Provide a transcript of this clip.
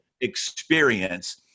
experience